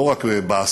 לא רק הסתה,